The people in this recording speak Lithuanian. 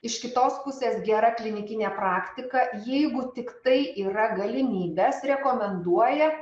iš kitos pusės gera klinikinė praktika jeigu tiktai yra galimybės rekomenduoja